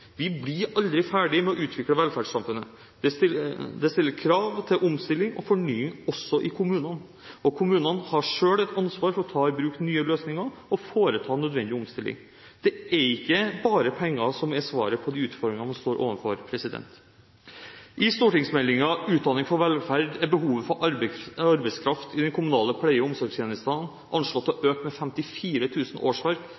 Vi blir aldri ferdig med å utvikle velferdssamfunnet. Det stiller krav til omstilling og fornying også i kommunene, og kommunene har selv et ansvar for å ta i bruk nye løsninger og foreta nødvendig omstilling. Det er ikke bare penger som er svaret på de utfordringene vi står overfor. I stortingsmeldingen Utdanning for velferd er behovet for arbeidskraft i den kommunale pleie- og omsorgstjenesten anslått